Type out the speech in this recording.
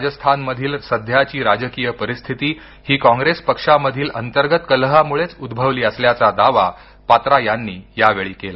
राजस्थानामधील सध्याची राजकीय परिस्थिती ही कॉंग्रेस पक्षामधील अंतर्गत कलहामुळेच उद्भवली असल्याचा दावा पात्रा यांनी यावेळी केला